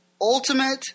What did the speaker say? ultimate